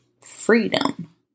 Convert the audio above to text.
freedom